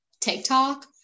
TikTok